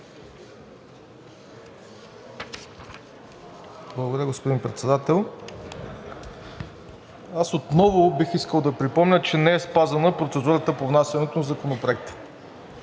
Благодаря, господин Председател. Аз отново бих искал да припомня, че не е спазена процедурата по внасянето на Законопроекта.